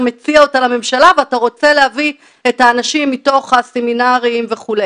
מציע אותה לממשלה ואתה רוצה להביא את האנשים מתוך הסמינרים וכו'.